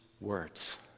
words